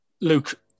Luke